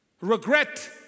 regret